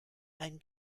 ein